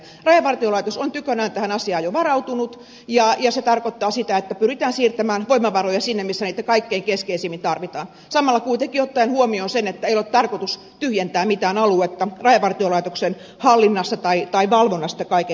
rajavartiolaitos on tykönään tähän asiaan jo varautunut ja se tarkoittaa sitä että pyritään siirtämään voimavaroja sinne missä niitä kaikkein keskeisimmin tarvitaan samalla kuitenkin ottaen huomioon sen että ei ole tarkoitus tyhjentää mitään aluetta rajavartiolaitoksen hallinnasta tai valvonnasta kaiken kaikkiaan